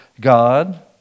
God